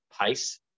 pace